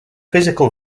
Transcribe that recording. physical